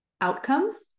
Outcomes